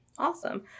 Awesome